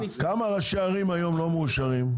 כמה ראשי ערים היום לא מאושרים?